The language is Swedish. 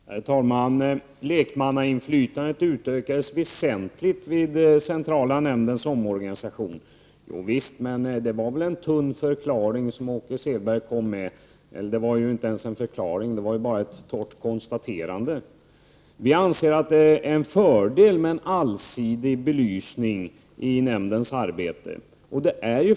Herr talman! Lekmannainflytandet ökades väsentligt vid centrala nämndens omorganisation, säger Åke Selberg. Javisst, men det var en tunn förklaring — det var inte ens en förklaring utan bara ett torrt konstaterande. Vi anser att det är en fördel med en allsidig belysning av nämndens arbete.